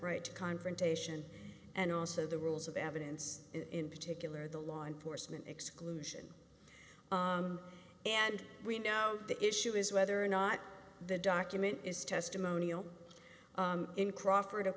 right to confrontation and also the rules of evidence in particular the law enforcement exclusion and we know the issue is whether or not the document is testimonial in crawford of